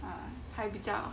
ah 才比较